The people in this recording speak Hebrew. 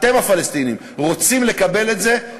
אתם, הפלסטינים, רוצים לקבל את זה?